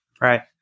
Right